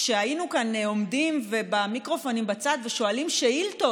כשהיינו כאן עומדים במיקרופונים בצד ושואלים שאילתות: